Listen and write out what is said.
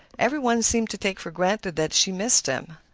every one seemed to take for granted that she missed him.